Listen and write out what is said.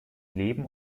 leben